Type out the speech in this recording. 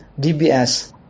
DBS